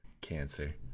Cancer